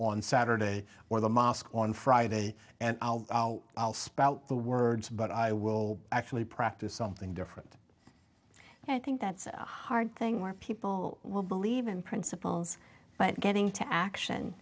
on saturday or the mosque on friday and i'll spell out the words but i will actually practice something different i think that's a hard thing more people will believe in principles but getting to action